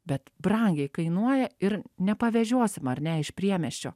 bet brangiai kainuoja ir nepavežiosim ar ne iš priemiesčio